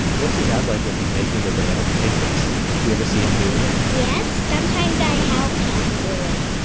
what's your dad like when he's making the banana pancakes? do you ever see him doing it? yes, sometimes i help him and do it.